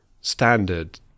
standard